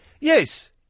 Yes